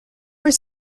his